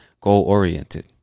goal-oriented